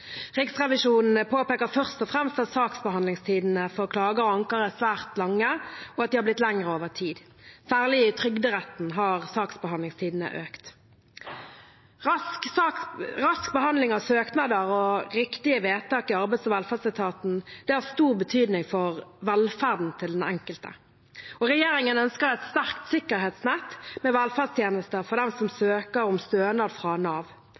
Riksrevisjonen påpeker først og fremst at saksbehandlingstidene for klager og anker er svært lange, og at de har blitt lengre over tid. Særlig i Trygderetten har saksbehandlingstidene økt. Rask behandling av søknader og riktige vedtak i arbeids- og velferdsetaten har stor betydning for velferden til den enkelte. Regjeringen ønsker et sterkt sikkerhetsnett med velferdstjenester for dem som søker om stønad fra Nav.